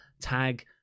Tag